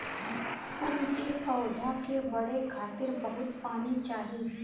सन के पौधा के बढ़े खातिर बहुत पानी चाही